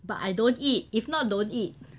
but I don't eat if not don't eat